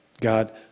God